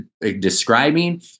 describing